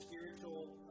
spiritual